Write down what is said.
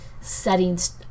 settings